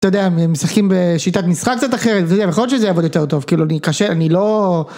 משחקים בשיטת משחק קצת אחרת זה יכול להיות שזה יעבוד יותר טוב כאילו אני קשה אני לא.